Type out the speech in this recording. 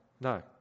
No